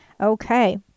Okay